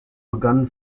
begannen